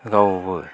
गावबो